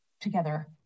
together